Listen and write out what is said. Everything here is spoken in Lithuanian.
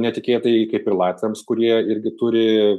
netikėtai kaip ir latviams kurie irgi turi